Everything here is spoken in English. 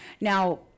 Now